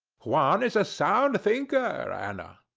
juan is a sound thinker, ana.